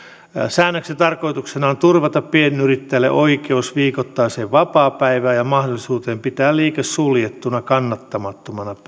säännöksen tarkoituksena on turvata pienyrittäjälle oikeus viikoittaiseen vapaapäivään ja mahdollisuuteen pitää liike suljettuna kannattamattomana päivänä